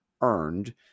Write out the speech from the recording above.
earned